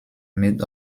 made